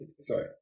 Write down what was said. sorry